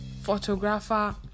photographer